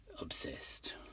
obsessed